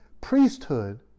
priesthood